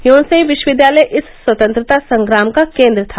Yonsei विश्वविद्यालय इस स्वतंत्रता संग्राम का केन्द्र था